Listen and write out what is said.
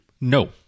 no